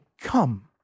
Come